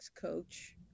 coach